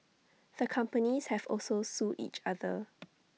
the companies have also sued each other